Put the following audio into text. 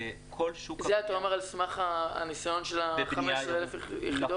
כל שוק -- את זה אתה אומר על סמך הניסיון של ה-15,000 יחידות?